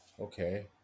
okay